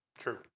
true